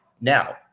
Now